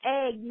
egg